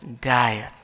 diet